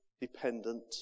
dependent